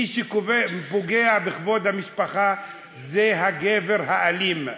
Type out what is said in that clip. מי שפוגע בכבוד המשפחה הוא הגבר האלים.